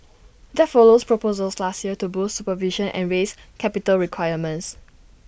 that follows proposals last year to boost supervision and raise capital requirements